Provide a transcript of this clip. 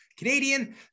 Canadian